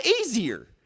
easier